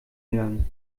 gegangen